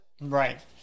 Right